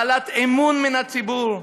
בעלת אמון מן הציבור,